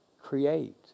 create